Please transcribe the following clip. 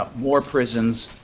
ah more prisons,